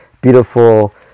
beautiful